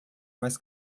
mais